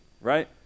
right